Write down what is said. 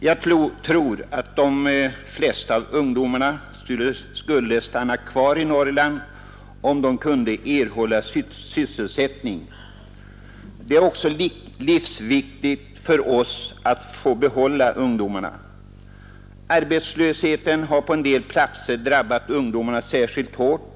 Jag tror att de flesta av ungdomarna i Norrland skulle stanna kvar, om de kunde erhålla sysselsättning där. Det är också livsviktigt för oss att få behålla dem. Arbetslösheten har på en del platser drabbat ungdomarna särskilt hårt.